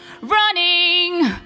running